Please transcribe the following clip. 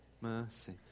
mercy